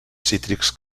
cítrics